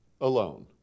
alone